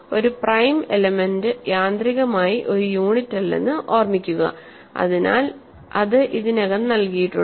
ഒരുപ്രൈം element യാന്ത്രികമായി ഒരു യൂണിറ്റല്ലെന്ന് ഓർമ്മിക്കുക അതിനാൽ അത് ഇതിനകം നൽകിയിട്ടുണ്ട്